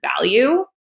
value